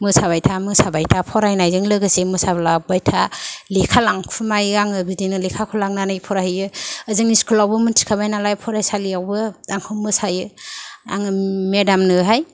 मोसाबाय था मोसाबाय था फरायनायजों लोगोसे मोसालांबायथा लेखा लांखुमायो आङो बिदिनो लेखाखौ लांनानै फरायहैयो जोंनि स्कुलावबो मिथिखाबाय नालाय फरायसालियावबो आंखौ मोसायो आङो मेदामनोहाय